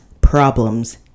problems